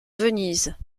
venise